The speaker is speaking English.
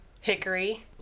Hickory